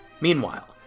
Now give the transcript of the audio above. Meanwhile